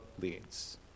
leads